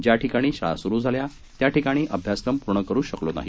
ज्या ठिकाणी शाळा सुरु झाल्या त्या ठिकाणी अभ्यासक्रम पूर्ण करू शकलो नाही